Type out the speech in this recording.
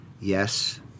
Yes